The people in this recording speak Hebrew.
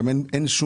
גם אין נחיצות.